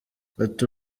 ati